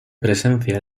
presencia